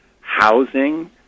housing